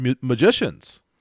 magicians